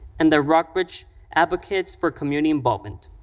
and the rockbridge advocates for community involvement.